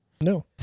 No